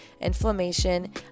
inflammation